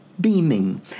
beaming